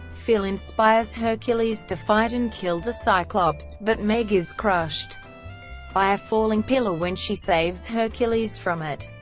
phil inspires hercules to fight and kill the cyclops, but meg is crushed by a falling pillar when she saves hercules from it.